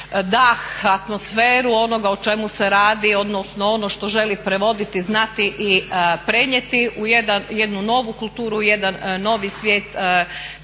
dah, atmosferu onoga o čemu se radi, odnosno ono što želi prevoditi, znati i prenijeti u jednu novu kulturu, u jedan novi svijet